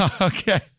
Okay